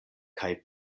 kaj